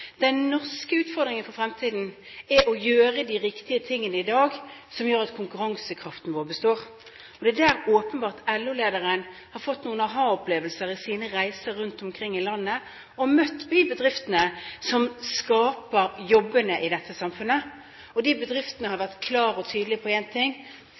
Den norske utfordringen for fremtiden er å gjøre de riktige tingene i dag som gjør at konkurransekraften vår består. Det er der LO-lederen åpenbart har fått noen aha-opplevelser, når han på sine reiser rundt omkring i landet har møtt de bedriftene som skaper jobbene i dette samfunnet. De bedriftene har vært klare og tydelige på én ting: Formuesskatten er i dag en